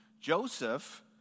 Joseph